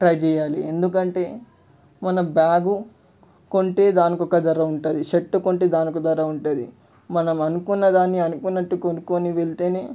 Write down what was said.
try చేయాలి ఎందుకంటే మన బ్యాగు కొంటే దానికి ఒక ధర ఉంటుంది షర్ట్ కొంటే దానికి ఒక ధర ఉంటుంది మనం అనుకున్న దాన్ని అనుకున్నట్టు కొనుక్కొని వెళ్తేనే